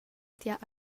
tiah